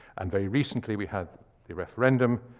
and very recently we had the referendum,